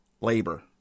labor